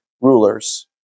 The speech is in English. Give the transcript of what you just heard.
rulers